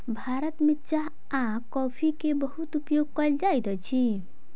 भारत में चाह आ कॉफ़ी के बहुत उपयोग कयल जाइत अछि